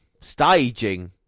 Staging